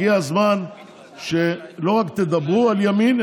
הגיע הזמן שלא רק תדברו על ימין,